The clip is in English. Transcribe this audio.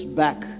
back